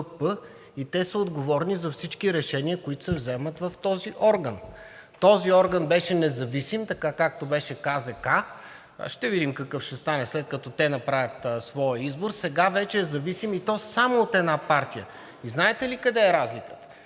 и те са отговорни за всички решения, които се вземат в този орган. Този орган беше независим, така както беше КЗК, а ще видим какъв ще стане, след като те направят своя избор. Сега вече е зависим, и то само от една партия, и знаете ли къде е разликата?